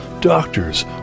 doctors